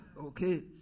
okay